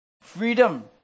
freedom